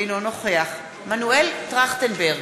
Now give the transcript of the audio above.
אינו נוכח מנואל טרכטנברג,